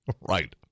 Right